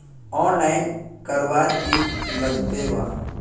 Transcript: Online करवार की लगते वा?